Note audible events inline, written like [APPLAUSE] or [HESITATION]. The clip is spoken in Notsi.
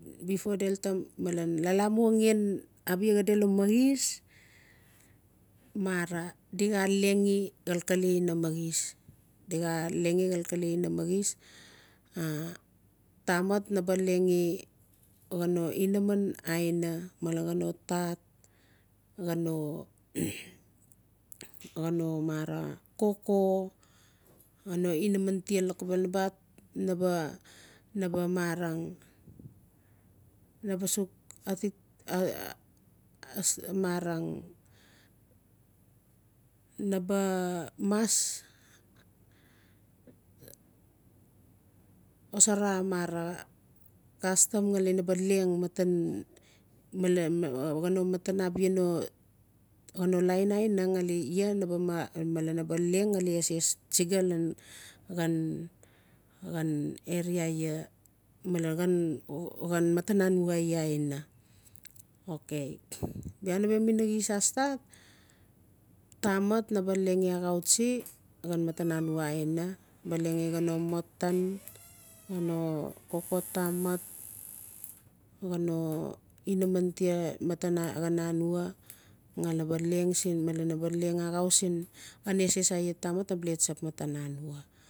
Before olel taa malen lalamuag gen abia minaxis mara di xaa lengi xalkale ina mxis di xaa lengi xalkale ina maxis [HESITATION] tamat na ba lengi xaa no inaman aina male xaa no tat o [NOISE] ga no mara koko xaa no inaman tia loxobel na ba marang na ba sux [HESITATION] na ba mas xosara castam xale ma ba leng malen [HESITATION] xaa no lain aina xale iaa na be leng xale eses tsixa lan xan-xan are iaa malen xan-xan imatan anwa iaa aina okay [NOISE] bia nave minaxis a stat tamat na ba lengi axau tsi xan matan [NOISE] anwa iaa aina na ba lengi xan no motan ga no koko tamat [NOISE] ga no inaman ita matan anwa xale na ba se xale na ba leng axau sin xan eses iaa tamat xale tsap nanwa